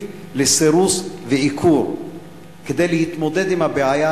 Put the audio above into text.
לסירוס ועיקור כדי להתמודד עם הבעיה,